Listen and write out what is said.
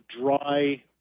dry